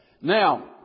Now